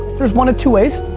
there's one of two ways.